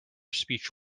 speech